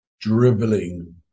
dribbling